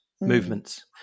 movements